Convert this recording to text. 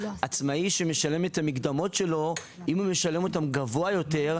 הוא שעצמאי שמשלם את המקדמות שלו אם הוא משלם אותן גבוה יותר,